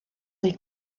des